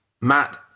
Matt